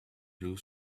blue